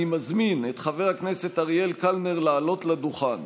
אני מזמין את חבר אריאל קלנר לעלות לדוכן.